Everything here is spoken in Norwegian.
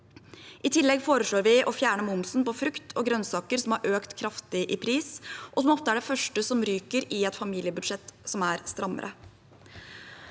I tillegg foreslår vi å fjerne momsen på frukt og grønnsaker, som har økt kraftig i pris, og som ofte er det første som ryker i et familiebudsjett som er strammere.